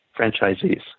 franchisees